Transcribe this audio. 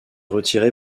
retirée